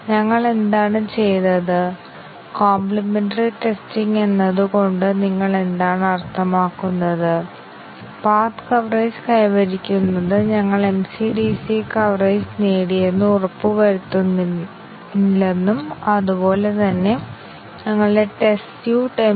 അതിനാൽ ഒരു കാര്യം ലൂപ്പുകളുടെ സാന്നിധ്യത്തിൽ പാത്ത്കളുടെ എണ്ണം വളരെ വലുതായിത്തീരും കാരണം ഇത് ഞങ്ങൾ ചർച്ച ചെയ്ത പ്രോഗ്രാമിന്റെ സ്റ്റാർട്ട് നോഡ് മുതൽ എൻഡ് നോഡ് വരെയുള്ള നോഡുകളുടെ ഏതെങ്കിലും ശ്രേണിയാണ്